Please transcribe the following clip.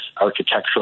architectural